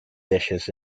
dishes